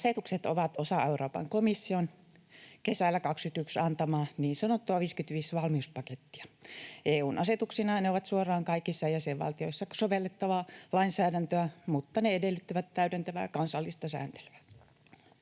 Asetukset ovat osa Euroopan komission kesällä 21 antamaa niin sanottua 55-valmiuspakettia. EU:n asetuksina ne ovat suoraan kaikissa jäsenvaltioissa sovellettavaa lainsäädäntöä, mutta ne edellyttävät täydentävää kansallista sääntelyä.